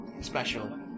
special